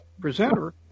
presenter